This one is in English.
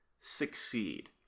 succeed